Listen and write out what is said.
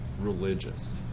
religious